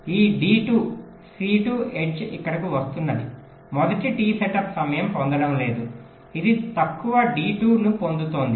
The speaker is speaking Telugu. ఈ డి 2 సి2 ఎడ్జ్ ఇక్కడకు వస్తున్నది మొత్తం టి సెటప్ సమయం పొందడం లేదు ఇది తక్కువ డి2 ను పొందుతోంది